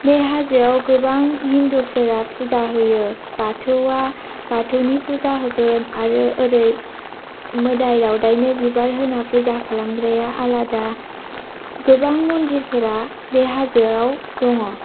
बे हाजोआव गोबां हिन्दुफोरा फुजा होयो बाथौआ बाथौनि फुजा होगोन आरो ओरै मोदाय दावदाइनो बिबार होना फुजा खालामग्राया आलादा गोबां मन्दिरफोरा बे हाजो आव दङ